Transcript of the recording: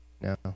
No